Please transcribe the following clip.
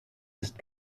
ist